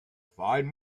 find